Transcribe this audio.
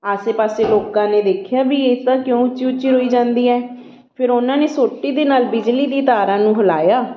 ਆਸੇ ਪਾਸੇ ਲੋਕਾਂ ਨੇ ਦੇਖਿਆ ਵੀ ਇਹ ਤਾਂ ਕਿਉਂ ਉੱਚੀ ਉੱਚੀ ਰੋਈ ਜਾਂਦੀ ਹੈ ਫਿਰ ਉਹਨਾਂ ਨੇ ਸੋਟੀ ਦੇ ਨਾਲ ਬਿਜਲੀ ਦੀ ਤਾਰਾਂ ਨੂੰ ਹਿਲਾਇਆ